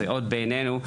בעינינו,